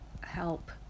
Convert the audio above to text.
help